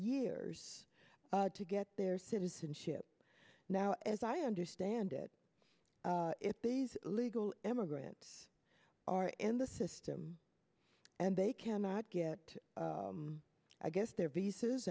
years to get their citizenship now as i understand it if these legal immigrant are in the system and they cannot get i guess their visas